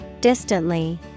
Distantly